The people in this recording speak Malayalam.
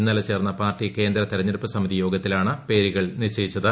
ഇന്നലെ ചേർന്ന പാർട്ടി കേന്ദ്ര തെരഞ്ഞെടുപ്പ് സമിതി യോഗത്തിലാണ് പേരുകൾ നിശ്ചയിച്ചത്